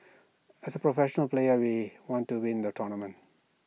as professional players we want to win the tournament